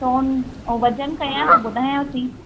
सोन जो वज़न कयां त ॿुधायांव थी